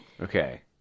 Okay